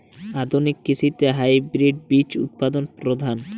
আধুনিক কৃষিতে হাইব্রিড বীজ উৎপাদন প্রধান